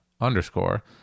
underscore